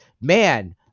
man